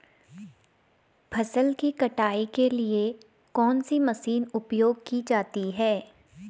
फसल की कटाई के लिए कौन सी मशीन उपयोग की जाती है?